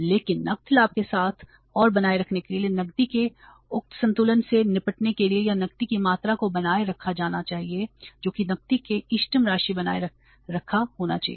लेकिन नकद लाभ के साथ और बनाए रखने के लिए नकदी के उक्त संतुलन से निपटने के लिए या नकदी की मात्रा को बनाए रखा जाना चाहिए जो कि नकदी की इष्टतम राशि बनाए रखा जाना चाहिए